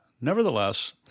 Nevertheless